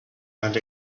and